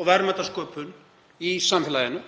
og verðmætasköpun í samfélaginu